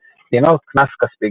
דינו קנס כספי גבוה.